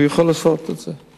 יכול לעשות את זה.